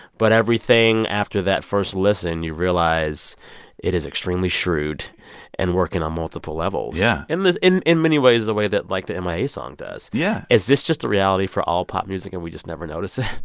but everything after that first listen, you realize it is extremely shrewd and working on multiple levels yeah and this, in in many ways, is the way that, like, the m i a. song does yeah is this just a reality for all pop music and we just never notice it?